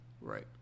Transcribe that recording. Right